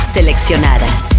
Seleccionadas